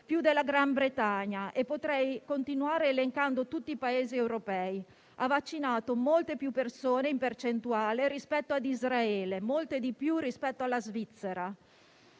più della Gran Bretagna (e potrei continuare elencando tutti i Paesi europei), ha vaccinato molte più persone in percentuale rispetto ad Israele, molte di più rispetto alla Svizzera.